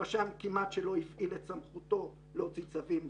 הרשם כמעט שלא הפעיל את סמכותו להוציא צווים,